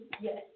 Yes